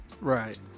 Right